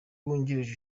wungirije